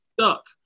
stuck